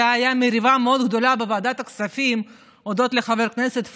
הייתה מריבה גדולה מאוד בוועדת הכספים הודות לחבר הכנסת פורר,